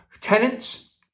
tenants